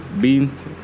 beans